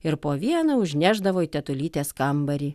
ir po vieną užnešdavo į tetulytės kambarį